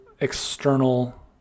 external